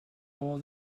all